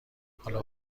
حالا